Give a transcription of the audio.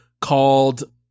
called